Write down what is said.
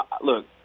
Look